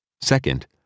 Second